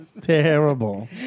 Terrible